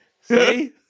See